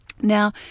now